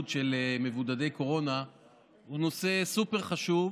של מבודדי קורונה הוא נושא סופר-חשוב.